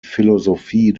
philosophie